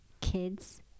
kids